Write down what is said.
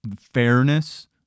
fairness